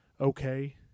okay